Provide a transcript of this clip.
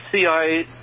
CIA